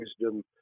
wisdom